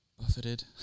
buffeted